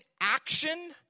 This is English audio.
action